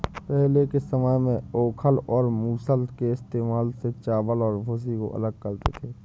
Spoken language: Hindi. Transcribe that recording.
पहले के समय में ओखल और मूसल के इस्तेमाल से चावल और भूसी को अलग करते थे